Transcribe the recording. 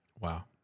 Wow